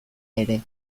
ere